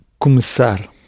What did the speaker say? Começar